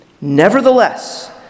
Nevertheless